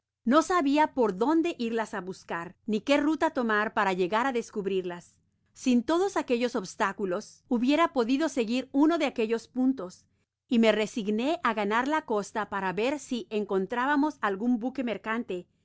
no sabia por donde irlas á buscar ni que ruta tomar para llegar á descubrirlas sin todos aquellos obstáculos hubiera podido seguir uno de aquellos puntos y me resigné á ganar la costa para ver si encontrábamos algun buque mercante y